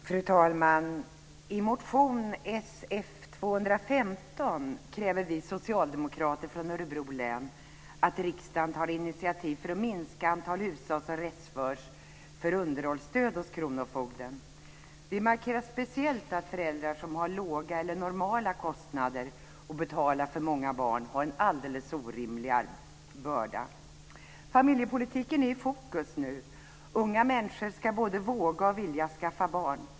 Fru talman! I motion Sf215 kräver vi socialdemokrater från Örebro län att riksdagen tar initiativ för att minska antalet hushåll som restförs för underhållsstöd hos kronofogden. Vi markerar speciellt att föräldrar som har låga eller normala inkomster och betalar för många barn har en alldeles orimlig börda. Familjepolitiken är i fokus nu. Unga människor ska både våga och vilja skaffa barn.